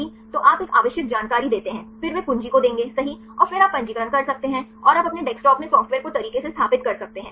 तो आप एक आवश्यक जानकारी देते हैं फिर वे कुंजी को देंगे सही और फिर आप पंजीकरण कर सकते हैं और आप अपने डेस्कटॉप में सॉफ़्टवेयर को तरीके से स्थापित कर सकते हैं सही